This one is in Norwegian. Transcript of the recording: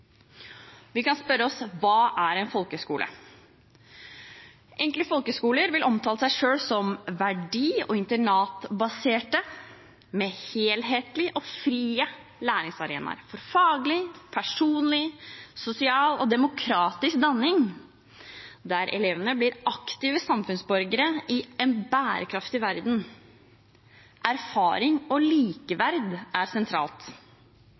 Vi kan spørre oss: Hva er en folkehøgskole? Enkelte folkehøgskoler vil omtale seg selv som en verdi- og internatbasert helhetlig og fri læringsarena for faglig, personlig, sosial og demokratisk danning, der elevene blir aktive samfunnsborgere i en bærekraftig verden. Erfaring og likeverd er sentralt.